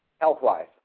Health-wise